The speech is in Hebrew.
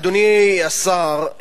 אדוני השר,